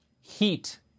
Heat